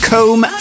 Comb